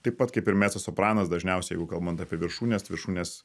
taip pat kaip ir mecosopranas dažniausiai jeigu kalbant apie viršūnes viršūnės